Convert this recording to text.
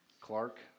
Clark